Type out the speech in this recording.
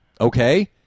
Okay